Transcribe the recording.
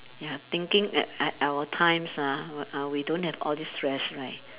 ya thinking at at our times ah w~ uh we don't have all this stress right